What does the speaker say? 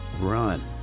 Run